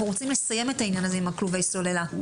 אנחנו רוצים לסיים את העניין הזה עם כלובי הסוללה.